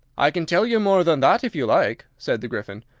i can tell you more than that, if you like, said the gryphon.